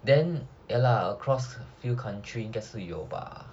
then ya like across a few country 应该是有吧